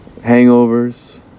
hangovers